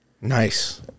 Nice